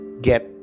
get